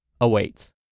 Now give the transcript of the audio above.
awaits